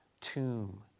tomb